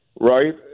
right